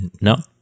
no